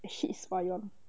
I ship spy yeon